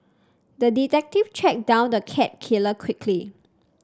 the detective tracked down the cat killer quickly